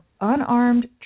unarmed